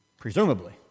presumably